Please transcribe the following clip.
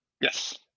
Yes